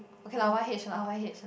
okay lah Y_H lah Y_H